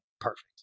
Perfect